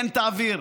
כן תעביר,